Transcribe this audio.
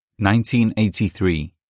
1983